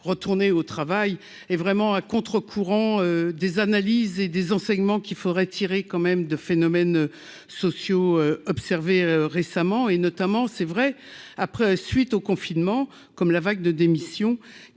retourner au travail et vraiment à contre-courant des analyses et des enseignements qu'il faudrait tirer quand même de phénomènes sociaux observé récemment et notamment c'est vrai après suite au confinement comme la vague de démissions